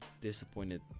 disappointed